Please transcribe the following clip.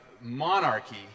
monarchy